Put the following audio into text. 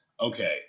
okay